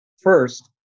First